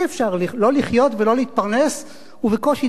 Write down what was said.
אי-אפשר לא לחיות ולא להתפרנס ובקושי